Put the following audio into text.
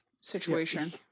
situation